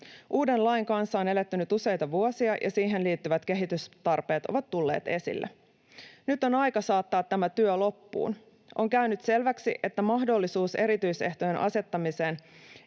Uuden lain kanssa on eletty nyt useita vuosia, ja siihen liittyvät kehitystarpeet ovat tulleet esille. Nyt on aika saattaa tämä työ loppuun. On käynyt selväksi, että mahdollisuus erityisehtojen asettamiseen